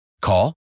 Call